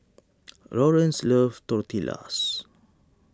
Laurence loves Tortillas